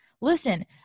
Listen